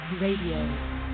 Radio